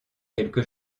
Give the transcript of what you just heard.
quelque